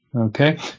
Okay